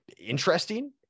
interesting